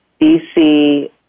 DC